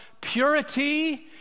purity